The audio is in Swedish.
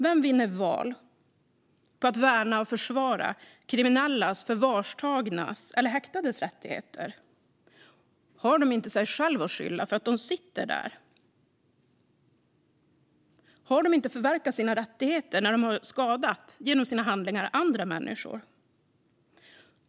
Vem vinner val på att värna och försvara kriminellas, förvarstagnas eller häktades rättigheter? Har de inte sig själva att skylla för att de sitter där? Har de inte förverkat sina rättigheter när de genom sina handlingar har skadat andra människor?